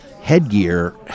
headgear